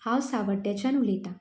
हांव सावड्डेच्यान उलयतां